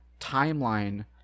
timeline